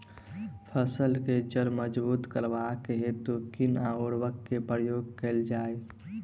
फसल केँ जड़ मजबूत करबाक हेतु कुन उर्वरक केँ प्रयोग कैल जाय?